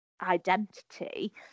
identity